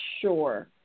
sure –